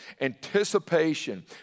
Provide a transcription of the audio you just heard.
anticipation